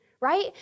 right